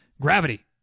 gravity